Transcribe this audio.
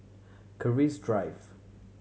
Keris Drive